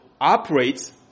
operates